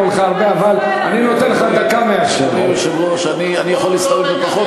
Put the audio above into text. אני לא מגיש הצעות חוק,